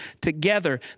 together